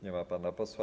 Nie ma pana posła.